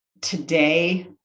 today